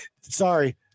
Sorry